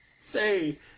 say